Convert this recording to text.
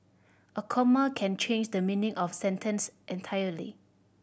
a comma can change the meaning of a sentence entirely